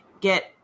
get